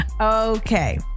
Okay